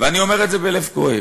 ואני אומר את זה בלב כואב.